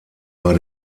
bei